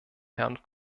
herrn